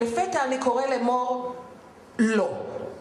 בפתע אני קורא למור לא